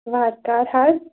وارٕ کارٕ حظ